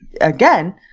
again